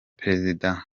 prezida